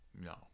No